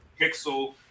Pixel